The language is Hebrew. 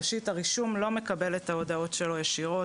ראשית, הרישום לא מקבל את ההודעות שלו ישירות.